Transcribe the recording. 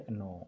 no